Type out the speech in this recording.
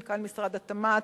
מנכ"ל משרד התמ"ת,